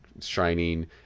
shining